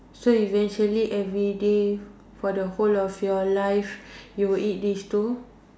so eventually everyday for the whole of your life you will eat this two